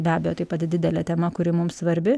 be abejo taip pat didelė tema kuri mums svarbi